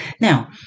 Now